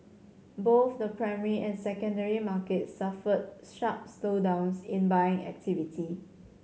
both the primary and secondary markets suffered sharp slowdowns in buying activity